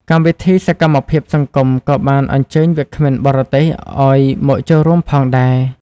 កម្មវិធីសកម្មភាពសង្គមក៏បានអញ្ជើញវាគ្មិនបរទេសឱ្យមកចូលរួមផងដែរ។